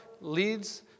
leads